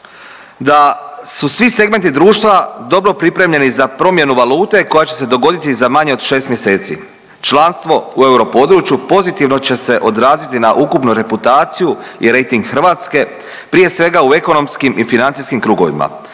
da su svi segmenti društva dobro pripremljeni za promjenu valute koja će se dogoditi za manje od 6 mjeseci, članstvo u EU području pozitivno će se odraziti na ukupnu reputaciju i rejting Hrvatske prije svega u ekonomskim i financijskim krugovima